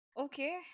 Okay